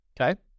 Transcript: Okay